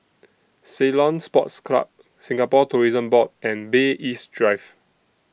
Ceylon Sports Club Singapore Tourism Board and Bay East Drive